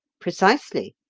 precisely,